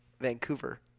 Vancouver